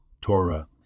Torah